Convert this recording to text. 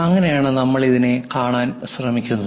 അങ്ങനെയാണ് നമ്മൾ ഇതിനെ കാണാൻ ശ്രമിക്കുന്നത്